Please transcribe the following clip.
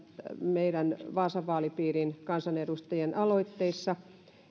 meidän vaasan vaalipiirin kansanedustajien aloitteissa